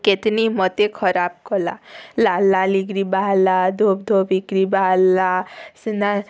କେତ୍ନି ମୋତେ ଖରାପ୍ କଲା ଲାଲ୍ ଲାଲ୍ ହେଇକିରି ବାହାରିଲା ଧୋପ୍ ଧୋପ୍ ହେଇକିରି ବାହାରିଲା ସିନା